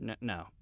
no